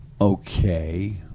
Okay